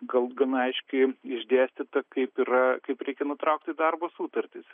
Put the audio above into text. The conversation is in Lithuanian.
gal gana aiškiai išdėstyta kaip yra kaip reikia nutraukti darbo sutartis